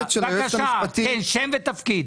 בבקשה, שם ותפקיד.